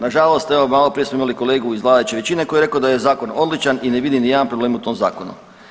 Nažalost evo maloprije smo imali kolegu iz vladajuće većine koji je rekao da je zakon odličan i ne vidi ni jedan problem u tom zakonu.